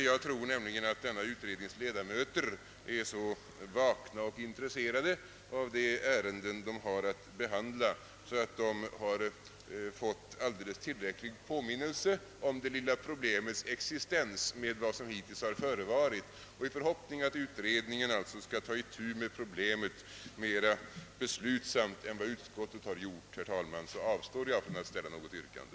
Jag tror nämligen att denna utrednings ledamöter är så vakna och intresserade av de ärenden de har att behandla, att de har fått en alldeles tillräcklig påminnelse om det lilla problemets existens genom vad som nu förevarit. I förhoppningen att utredningen alltså skall ta itu med problemet mera beslutsamt än utskottet har gjort, avstår jag, herr talman, från att ställa något yrkande.